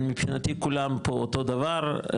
אני מבחינתי כולם פה אותו דבר,